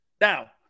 Now